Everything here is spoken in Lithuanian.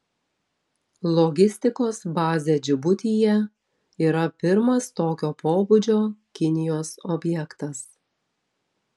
logistikos bazė džibutyje yra pirmas tokio pobūdžio kinijos objektas